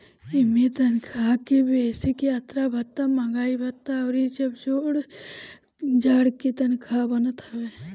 इमें तनखा के बेसिक, यात्रा भत्ता, महंगाई भत्ता अउरी जब जोड़ जाड़ के तनखा बनत हवे